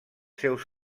seus